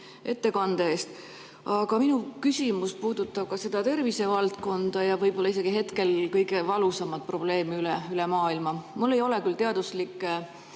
ettekande eest! Minu küsimus puudutab ka tervisevaldkonda ja võib-olla isegi hetkel kõige valusamat probleemi üle maailma. Mul ei ole küll teaduslikke